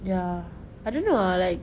ya I don't know ah like